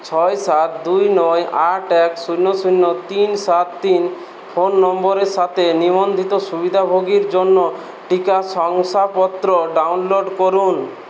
ছয় সাত দুই নয় আট এক শূন্য শূন্য তিন সাত তিন ফোন নম্বরের সাথে নিবন্ধিত সুবিধাভোগীর জন্য টিকা শংসাপত্র ডাউনলোড করুন